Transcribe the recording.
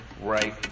right